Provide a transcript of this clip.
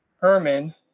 Herman